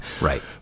Right